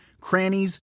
crannies